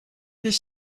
his